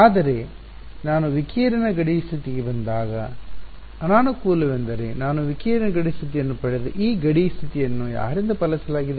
ಆದರೆ ನಾನು ವಿಕಿರಣ ಗಡಿ ಸ್ಥಿತಿಗೆ ಬಂದಾಗ ಅನಾನುಕೂಲವೆಂದರೆ ನಾನು ವಿಕಿರಣ ಗಡಿ ಸ್ಥಿತಿಯನ್ನು ಪಡೆದ ಈ ಗಡಿ ಸ್ಥಿತಿಯನ್ನು ಯಾರಿಂದ ಪಾಲಿಸಲಾಗಿದೆ